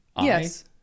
yes